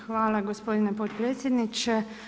Hvala gospodine potpredsjedniče.